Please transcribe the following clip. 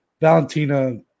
Valentina